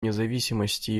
независимости